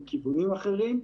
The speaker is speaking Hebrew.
מכיוונים אחרים.